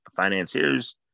financiers